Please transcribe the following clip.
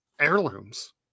heirlooms